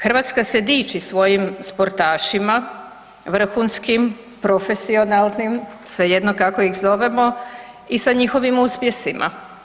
Hrvatska se diči svojim sportašima, vrhunskim, profesionalnim svejedno kako iz zovemo i sa njihovim uspjesima.